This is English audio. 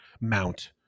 mount